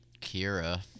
Kira